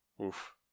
Oof